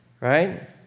Right